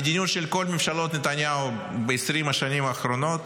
המדיניות של כל ממשלות נתניהו ב-20 השנים האחרונות,